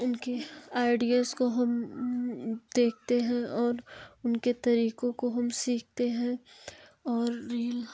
उनकी आइडियाज़ को हम देखते हैं और उनके तरीकों को हम सीखते हैं और रील